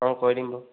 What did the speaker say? অঁ কৰি দিম বাৰু